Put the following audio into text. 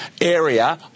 area